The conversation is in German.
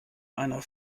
einer